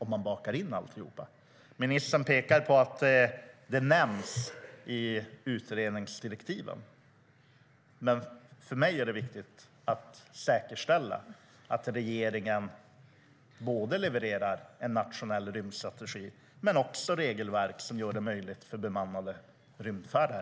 Ministern pekar på att detta nämns i utredningsdirektiven, men för mig är det viktigt att säkerställa att regeringen levererar både en nationell rymdstrategi och regelverk som gör det möjligt med bemannade rymdfärder.